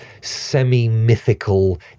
semi-mythical